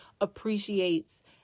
appreciates